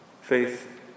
faith